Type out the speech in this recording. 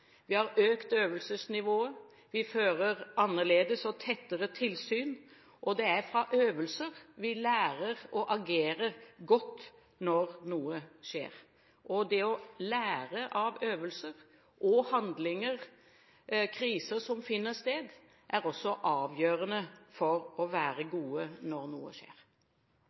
Vi har økt øvelsesnivået, og vi fører et annerledes og tettere tilsyn. Det er fra øvelser vi lærer å agere godt når noe skjer. Det å lære fra øvelser, handlinger og kriser som finner sted, er også avgjørende for å være gode når noe skjer.